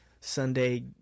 Sunday